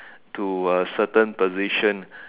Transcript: to a certain position